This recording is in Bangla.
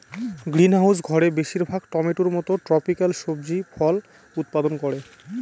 গ্রিনহাউস ঘরে বেশির ভাগ টমেটোর মত ট্রপিকাল সবজি ফল উৎপাদন করে